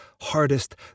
hardest